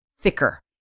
thicker